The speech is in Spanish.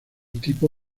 tipo